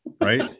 right